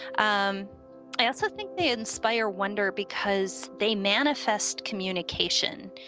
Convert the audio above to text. um i also think they inspire wonder because they manifest communication.